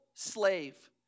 Slave